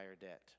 debt